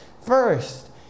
first